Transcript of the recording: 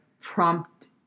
prompt